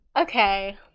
Okay